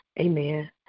Amen